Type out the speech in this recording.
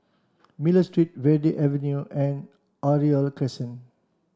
Miller Street Verde Avenue and Oriole Crescent